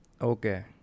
Okay